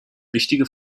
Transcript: wichtige